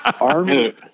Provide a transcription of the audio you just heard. army